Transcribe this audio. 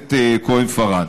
הכנסת כהן-פארן.